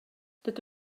dydw